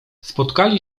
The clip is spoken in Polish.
spotkali